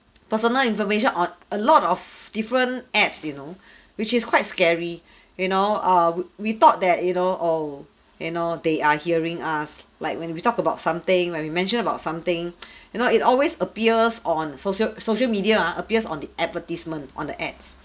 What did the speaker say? personal information on a lot of different apps you know which is quite scary you know err we we thought that you know oh you know they are hearing us like when we talk about something when we mention about something you know it always appears on social social media ah appears on the advertisement on the ads